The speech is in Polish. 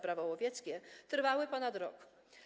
Prawo łowieckie trwały ponad rok.